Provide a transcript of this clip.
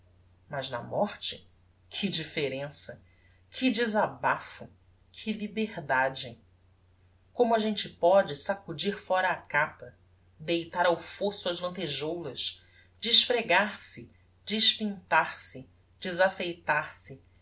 mas na morte que differença que desabafo que liberdade como a gente póde sacudir fóra a capa deitar ao fosso as lentejoulas despregar se despintar se